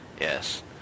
Yes